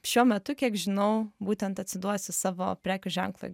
šiuo metu kiek žinau būtent atsiduosi savo prekių ženklui